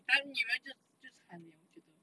当女人是最惨的我觉得